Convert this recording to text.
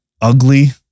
ugly